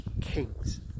kings